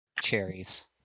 Cherries